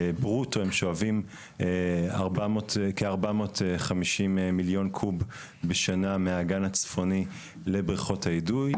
ברוטו הם שואבים כ- 450 מיליון קוב בשנה מהאגן הצפוני לבריכות האידוי,